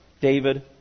David